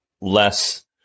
less